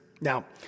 Now